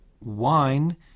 wine